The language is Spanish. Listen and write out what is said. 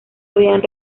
habían